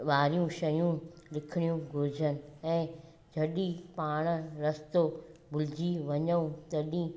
वारियूं शयूं लिखणियूं घुरिजनि ऐं जॾहिं पाण रस्तो भुलिजी वञऊं तॾहिं